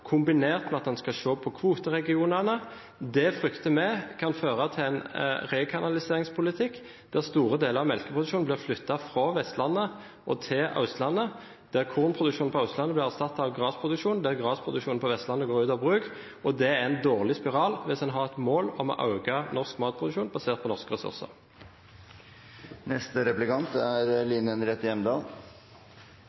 kombinert med at en skal se på kvoteregionene. Det frykter vi kan føre til en rekanaliseringspolitikk, der store deler av melkeproduksjonen blir flyttet fra Vestlandet til Østlandet, der kornproduksjonen på Østlandet blir erstattet av gressproduksjon, og der gressproduksjonen på Vestlandet går ut av bruk. Det er en dårlig spiral hvis en har et mål om å øke norsk matproduksjon basert på norske ressurser. Representanten Pollestad er